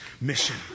mission